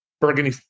Burgundy